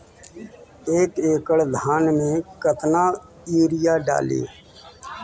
एक एकड़ धान मे कतना यूरिया डाली?